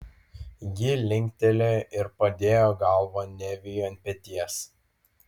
ji linktelėjo ir padėjo galvą neviui ant peties